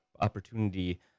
opportunity